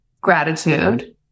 gratitude